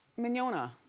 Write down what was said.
mignogna